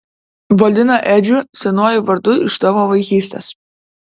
vadina edžiu senuoju vardu iš tavo vaikystės